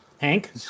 Hank